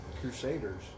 Crusaders